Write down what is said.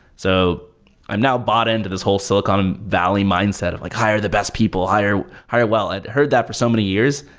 so i'm now bought into this whole silicon valley mindset of like hire the best people. hire hire well. i've heard that for so many years.